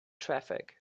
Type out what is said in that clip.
traffic